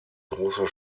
großer